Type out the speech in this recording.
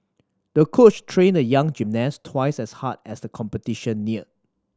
the coach trained the young gymnast twice as hard as the competition neared